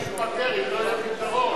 להתפטר אם לא יהיה פתרון.